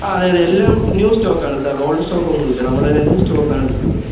ആ അതെ അതെ എല്ലാം ന്യൂ സ്റ്റോക്കാണ് സാർ ഓൾഡ് സ്റ്റോക്കൊന്നും ഇല്ല നമ്മളിത് ന്യൂ സ്റ്റോക്കാണ് വിളിക്കുന്നത്